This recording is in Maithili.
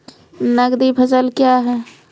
नगदी फसल क्या हैं?